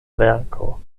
verko